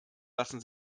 lassen